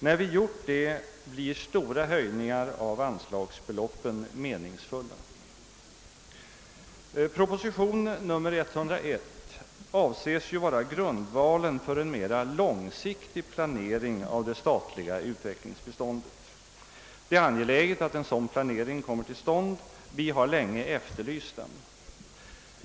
När vi gjort det blir stora höjningar av anslagsbeloppen meningsfulla. grundvalen för en mera långsiktig planering av det statliga utvecklingsbiståndet. Det är angeläget att en sådan planering kommer till stånd — vi har länge efterlyst den.